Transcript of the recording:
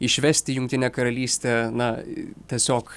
išvesti jungtinę karalystę na tiesiog